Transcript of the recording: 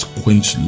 quench